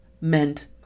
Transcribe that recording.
meant